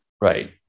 Right